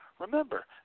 Remember